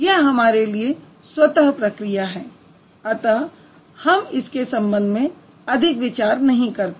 यह हमारे लिए स्वतः प्रक्रिया है अतः हम इसके संबंध में अधिक विचार नहीं करते